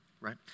Right